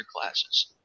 classes